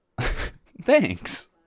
thanks